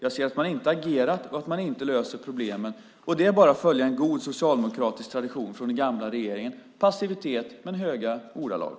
Jag ser att man inte har agerat och att man inte löser problemen, och det är bara att följa en god socialdemokratisk tradition från den gamla regeringen - passivitet men ett högt tonläge.